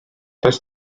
does